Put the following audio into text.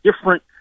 different